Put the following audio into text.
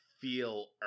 feel